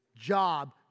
job